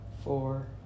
Four